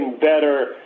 better